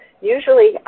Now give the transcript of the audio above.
usually